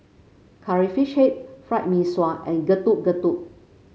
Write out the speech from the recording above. Curry Fish Head Fried Mee Sua and Getuk Getuk